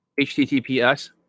Https